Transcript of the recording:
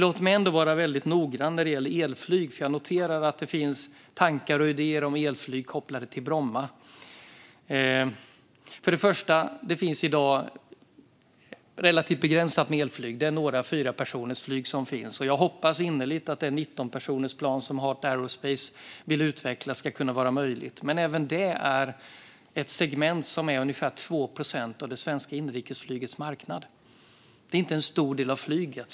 Låt mig vara noga när det gäller elflyg, för jag noterar att det finns tankar och idéer om elflyg kopplat till Bromma. Det finns i dag relativt begränsat med elflyg. Det finns några för fyra personer, och jag hoppas innerligt att det 19-personersplan som Heart Aerospace vill utveckla ska bli verklighet. Men detta segment utgör ungefär 2 procent av det svenska inrikesflygets marknad. Det är ingen stor del av flyget.